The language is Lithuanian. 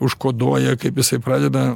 užkoduoja kaip jisai pradeda